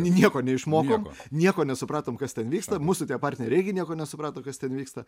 nieko neišmokom nieko nesupratom kas ten vyksta mūsų partneriai nieko nesuprato kas ten vyksta